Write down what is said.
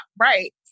right